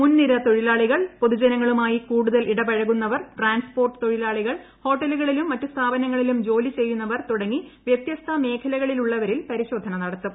മ്മുൻനിര തൊഴിലാളികൾ പൊതുജനങ്ങളുമായി കൂടുതൽ ഇടപ്പുഴക്കുന്നവർ ട്രാൻസ്പോർട്ട് തൊഴിലാളികൾ ഹോട്ടലുകളിലും മറ്റും സ്ഥാപനങ്ങളിലും ജോലി ചെയ്യുന്നവർ തുടങ്ങി വ്യത്യസ്ത മേഖലകളിലുള്ളവരിൽ പരിശോധന നടത്തും